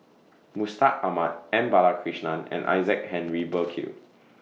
Mustaq Ahmad M Balakrishnan and Isaac Henry Burkill